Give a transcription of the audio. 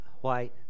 white